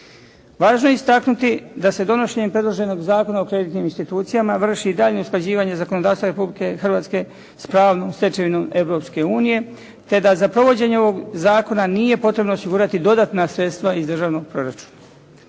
Važno je istaknuti da se donošenjem predloženog Zakona o kreditnim institucijama vrši daljnje usklađivanje zakonodavstva Republike Hrvatske s pravnom stečevinom Europske unije, te da za provođenje ovog zakona nije potrebno osigurati dodatna sredstva iz državnog proračuna.